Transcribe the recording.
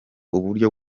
uburyo